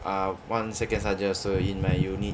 err one second sergeant also in my unit